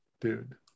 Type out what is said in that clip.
dude